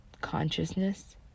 consciousness